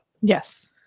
Yes